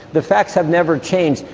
the facts have never changed.